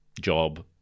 job